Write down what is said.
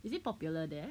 is it popular there